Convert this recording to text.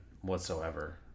whatsoever